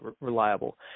reliable